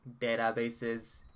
Databases